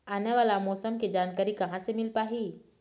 आने वाला मौसम के जानकारी कहां से मिल पाही?